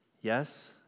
yes